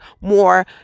more